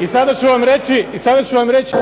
i sada ću vam reći